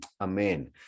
amen